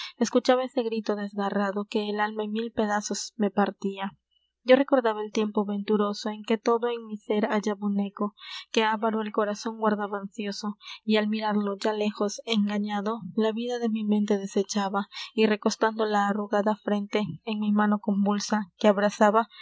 escuchaba ese grito desgarrado que el alma en mil pedazos me partia yo recordaba el tiempo venturoso en que todo en mi sér hallaba un eco que avaro el corazon guardaba ansioso y al mirarlo ya léjos engañado la vida de mi mente desechaba y recostando la arrugada frente en mi mano convulsa que abrasaba